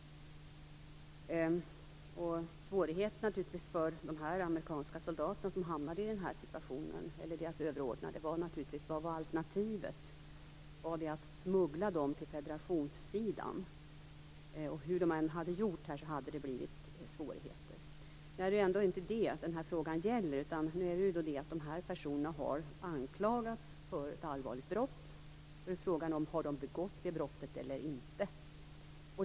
Svårigheten för de amerikanska soldater som hamnade i den här situationen, eller deras överordnade, var naturligtvis: Vad var alternativet? Var det att smuggla dem till federationssidan? Hur de än hade gjort skulle det blivit svårigheter. Men det är ändå inte det som frågan gäller. Dessa personer har anklagats för ett allvarligt brott. Nu är frågan: Har de begått det brottet eller inte?